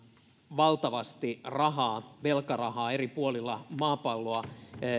valtavasti velkarahaa eri puolilla maapalloa